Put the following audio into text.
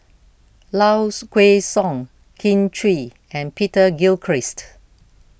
Lows Kway Song Kin Chui and Peter Gilchrist